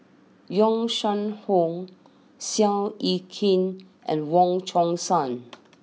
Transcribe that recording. Yong Shu Hoong Seow Yit Kin and Wong Chong Sai